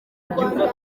rwanda